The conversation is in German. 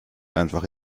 einfach